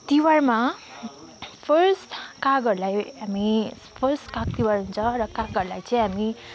तिहारमा फर्स्ट कागहरूलाई हामी फर्स्ट काग तिहार हुन्छ र कागहरूलाई चाहिँ हामी